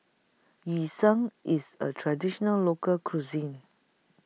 Yu Sheng IS A Traditional Local Cuisine